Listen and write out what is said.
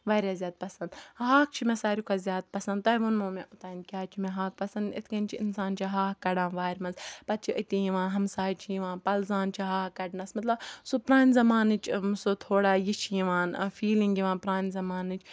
واریاہ زیادٕ پَسَنٛد ہاکھ چھُ مےٚ ساروی کھۄتہٕ زیادٕ پَسَنٛد تۄہہِ ووٚنمو مےٚ اوٚتانۍ کیازِ چھُ مےٚ ہاکھ پَسَنٛد اِتھ کنۍ چھُ اِنسان چھِ ہاکھ کَڑان وارِ مَنٛز پَتہٕ چھِ أتی یِوان ہَمساے چھِ یِوان پَلزان چھِ ہاکھ کَڑنَس مَطلَب سُہ پرانہِ زَمانٕچ سُہ تھوڑا یہِ چھِ یِوان فیٖلِنٛگ یِوان پرانہِ زَمانٕچ